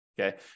Okay